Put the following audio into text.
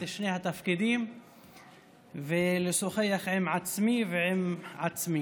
את שני התפקידים ולשוחח עם עצמי ועם עצמי.